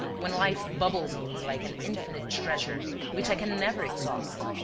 when life bubbles in me like an infinite treasure which i can never exhaust.